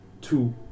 two